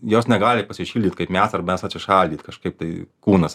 jos negali pasišildyt kaip mes ar mes atsišaldyt kažkaip tai kūnas